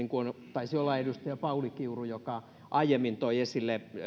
taisi olla edustaja pauli kiuru joka aiemmin toi esille